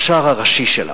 בשער הראשי שלה,